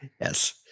Yes